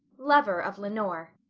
lover of leonore.